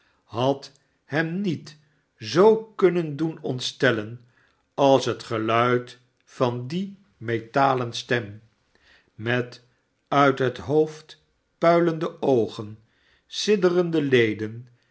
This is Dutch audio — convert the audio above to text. had hem niet zoo kunnen doen ontstellen als het geluid van die metalen stem met uit het hoofd puilende oogen sidderende leden